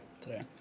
today